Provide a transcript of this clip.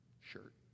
shirt